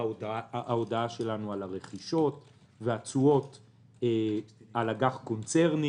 ההודעה שלנו על הרכישות והתשואות על אג"ח קונצרני.